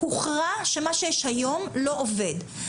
הוכרע שמה שיש היום לא עובד.